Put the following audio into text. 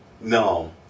No